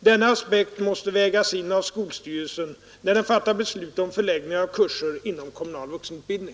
Denna aspekt måste vägas in av skolstyrelsen när den fattar beslut om förläggning av kurser inom kommunal vuxenutbildning.